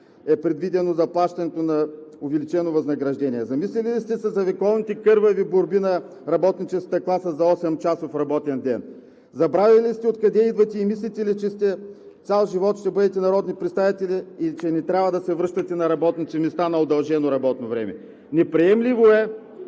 е предвидено заплащането на увеличено възнаграждение? Замисляли ли сте се за вековните кървави борби на работническата класа за осемчасов работен ден? Забравихте ли откъде идвате? Мислите ли, че цял живот ще бъдете народни представители и че не трябва да се връщате на работните места с удължено работно време? Неприемливо е,